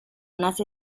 unas